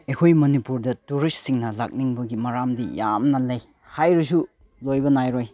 ꯑꯩꯈꯣꯏ ꯃꯅꯤꯄꯨꯔꯗ ꯇꯨꯔꯤꯁꯁꯤꯡꯅ ꯂꯥꯛꯅꯤꯡꯕꯒꯤ ꯃꯔꯝꯗꯤ ꯌꯥꯝꯅ ꯂꯩ ꯍꯥꯏꯔꯁꯨ ꯂꯣꯏꯕ ꯅꯥꯏꯔꯣꯏ